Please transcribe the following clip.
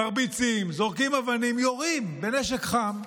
מרביצים, זורקים אבנים, יורים בנשק חם,